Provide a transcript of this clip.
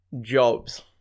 jobs